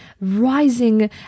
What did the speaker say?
rising